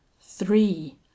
three